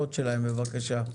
בבקשה.